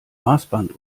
maßband